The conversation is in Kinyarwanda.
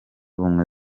ubumwe